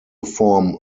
form